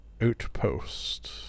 Outpost